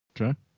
Okay